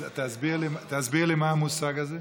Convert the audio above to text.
תסביר לי מה המושג הזה.